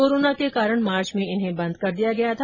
corona के कारण March में इन्हें बंद कर दिया गया था